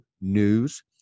News